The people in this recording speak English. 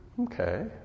okay